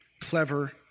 clever